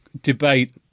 debate